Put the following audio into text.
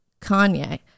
Kanye